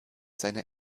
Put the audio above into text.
seiner